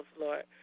Lord